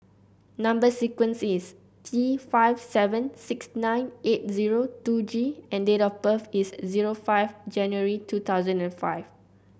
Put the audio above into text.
number sequence is T five seven six nine eight zero two G and date of birth is zero five January two thousand and five